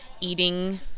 eating